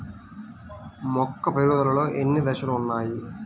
మొక్క పెరుగుదలలో ఎన్ని దశలు వున్నాయి?